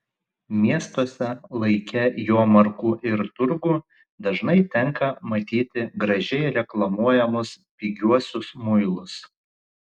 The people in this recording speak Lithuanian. miestuose laike jomarkų ir turgų dažnai tenka matyti gražiai reklamuojamus pigiuosius muilus